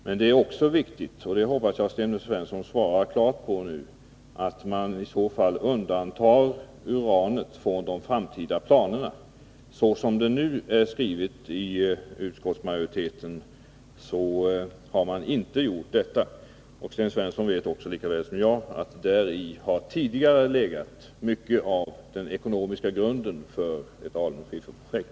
Men det är också viktigt — och det hoppas jag att Sten Svensson nu svarar klart på — att man i så fall undantar uranet från de framtida planerna. Såsom utskottsmajoriteten nu har skrivit, har man inte gjort detta. Sten Svensson vet lika väl som jag att däri har tidigare legat mycket av den ekonomiska grunden för ett alunskifferprojekt.